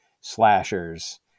slashers